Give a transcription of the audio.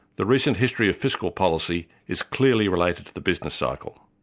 the recent history of fiscal policy is clearly related to the business cycle.